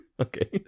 okay